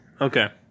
Okay